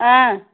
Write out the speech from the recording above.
ആ